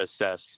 assess